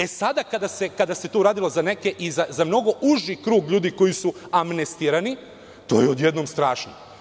E sada kada se to radilo za neke, i za mnogo uži krug ljudi koji su amnestirani, to je odjednom strašno.